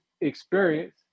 experience